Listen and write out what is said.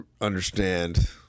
understand